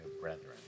brethren